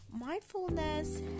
Mindfulness